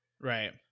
Right